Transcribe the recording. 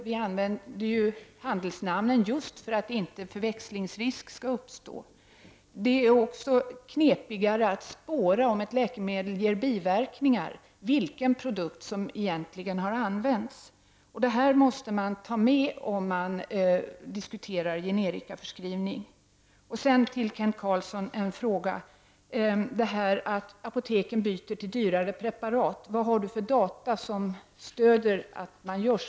Vi använder handelsnamnen just för att förväxlingsrisk inte skall uppstå. Det blir också knepigare att spåra vilken produkt som egentligen har använts om ett läkemedel ger biverkningar. Detta måste man ta med i bilden om man diskuterar generikaförskrivning. Jag vill ställa en fråga till Kent Carlsson. Vilka data har Kent Carlsson som stöder påståendet att apoteken byter till dyrare preparat?